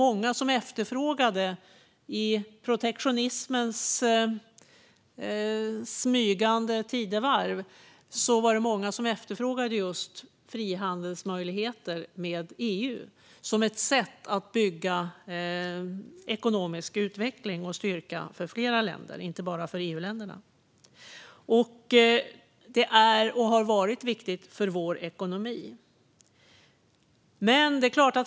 I protektionismens smygande tidevarv efterfrågade många just frihandelsmöjligheter med EU som ett sätt att bygga ekonomisk utveckling och styrka för flera länder, inte bara för EU-länderna. Detta är och har varit viktigt för vår ekonomi.